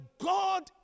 God